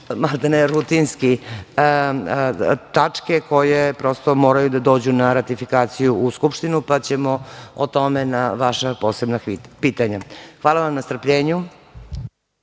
da su to rutinske tačke koje prosto moraju da dođu na ratifikaciju u Skupštinu, pa ćemo o tome na vaša posebna pitanja. Hvala vam na strpljenju.